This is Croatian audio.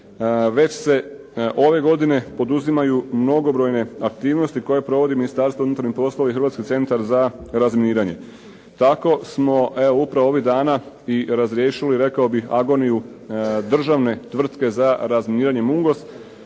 već se ove godine poduzimaju mnogobrojne aktivnosti koje provodi Ministarstvo unutarnjih poslova i Hrvatski centar za razminiranje. Tako smo upravo ovih dana i razriješili rekao bih agoniju državne tvrtke za razminiranje "Mungos",